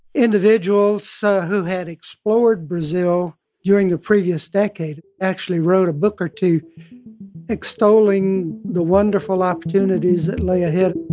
individuals so who had explored brazil during the previous decade actually wrote a book or two extolling the wonderful opportunities that lay ahead